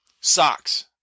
socks